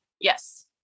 Yes